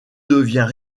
devient